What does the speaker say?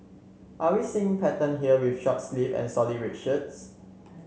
are we seeing pattern here with short sleeves and solid red shirts